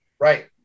Right